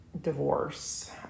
divorce